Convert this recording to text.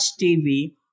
TV